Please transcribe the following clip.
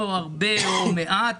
או הרבה או מעט,